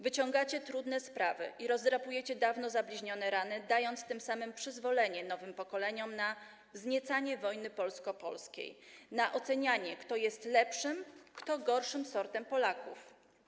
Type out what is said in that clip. Wyciągacie trudne sprawy i rozdrapujecie dawno zabliźnione rany, dając tym samym przyzwolenie nowym pokoleniom na wzniecanie wojny polsko-polskiej, na ocenianie, kto jest lepszym, kto gorszym sortem Polaków.